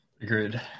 Agreed